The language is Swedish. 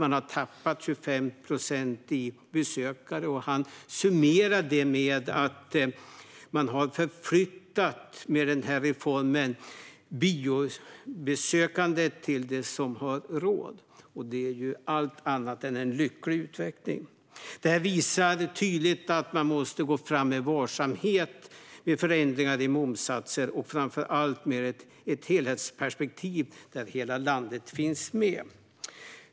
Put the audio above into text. Man har tappat 25 procent av besökarna. Han summerar det med att man, med denna reform, har förflyttat biobesökandet till dem som har råd. Det är allt annat än en lycklig utveckling. Detta visar tydligt att man måste gå fram med varsamhet med förändringar i momssatser. Framför allt måste man ha ett helhetsperspektiv, där hela landet finns med.